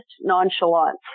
nonchalance